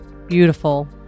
beautiful